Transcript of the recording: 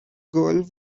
girl